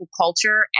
culture